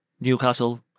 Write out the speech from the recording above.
Newcastle